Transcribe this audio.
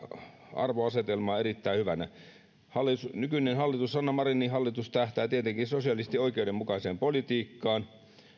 arvoasetelmaa erittäin hyvänä nykyinen sanna marinin hallitus tähtää tietenkin sosiaalisesti oikeudenmukaiseen politiikkaan